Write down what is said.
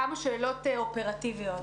כמה שאלות אופרטיביות.